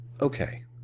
okay